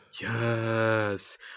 yes